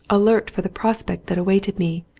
alert for the prospect that awaited me,